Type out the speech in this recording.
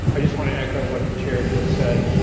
i just want to echo what the chair just said.